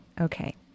okay